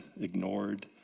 ignored